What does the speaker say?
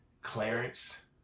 Clarence